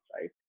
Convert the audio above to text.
right